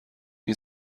این